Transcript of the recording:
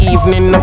Evening